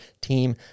team